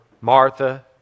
Martha